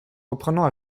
reprenant